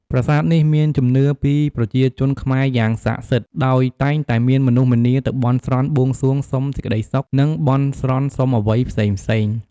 ប្រាសាទនេះមានជំនឿពីប្រជាជនខ្មែរយ៉ាងស័ក្តិសិទ្ធ ដោយតែងតែមានមនុស្សម្នាទៅបន់ស្រន់បួងសួងសុំសេចក្ដីសុខ និង បន់ស្រន់សុំអ្វីផ្សេងៗ។